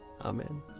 Amen